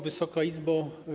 Wysoka Izbo!